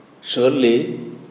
Surely